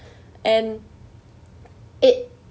and it